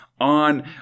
on